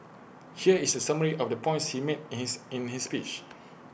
here is A summary of the points he made his in his speech